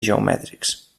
geomètrics